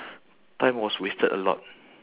time was wasted a lot